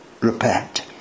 repent